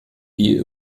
viel